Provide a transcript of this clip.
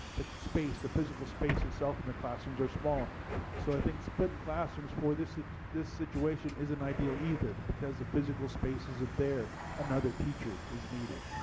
the space the physical space itself in the classrooms are small so i think splitting classrooms for this this situation isn't ideal either, because the physical space isn't there, another teacher is needed.